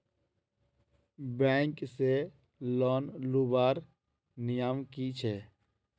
Bank से loan लुबार नियम की छे?